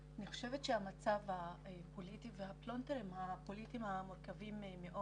אני חושבת שהמצב הפוליטי והפלונטרים הפוליטיים המורכבים מאוד